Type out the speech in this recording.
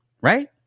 right